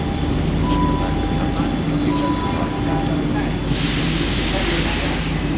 machine सं कटाइ कयला पर खरपतवारक छोट छोट टुकड़ी पानिये मे रहि जाइ छै